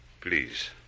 Please